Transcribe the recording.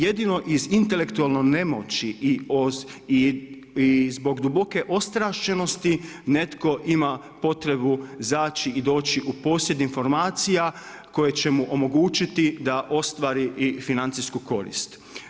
Jedino iz intelektualno nemoći i zbog duboke ostrašćenosti netko ima potrebu zaći i doći u posjed informacija koje će mu omogućiti da ostvari i financijsku korist.